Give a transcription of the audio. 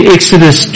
Exodus